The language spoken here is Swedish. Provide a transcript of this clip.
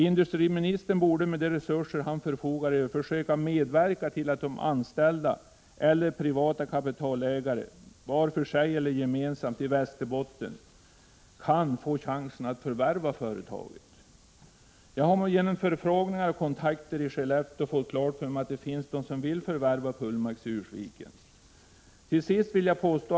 Industriministern borde, med de resurser han förfogar över, försöka medverka till att de anställda eller privata kapitalägare i Västerbotten var för sig eller gemensamt kan få chansen att förvärva företaget. Jag har genom förfrågningar och kontakter i Skellefteå fått klart för mig att Prot. 1985/86:103 det finns de som vill förvärva Pullmax i Ursviken.